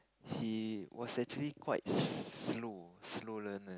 he was actually quite slow slow learner